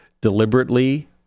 deliberately